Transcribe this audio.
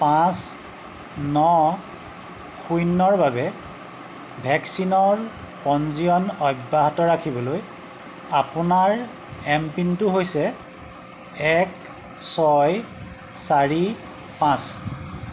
পাঁচ ন শূন্যৰ বাবে ভেকচিনৰ পঞ্জীয়ন অব্যাহত ৰাখিবলৈ আপোনাৰ এম পিনটো হৈছে এক ছয় চাৰি পাঁচ